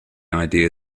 idea